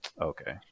Okay